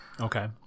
Okay